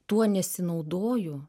tuo nesinaudoju